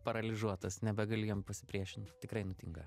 paralyžiuotas nebegali jam pasipriešint tikrai nutinka